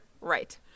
Right